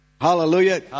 Hallelujah